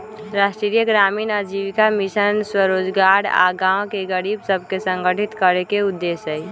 राष्ट्रीय ग्रामीण आजीविका मिशन स्वरोजगार आऽ गांव के गरीब सभके संगठित करेके उद्देश्य हइ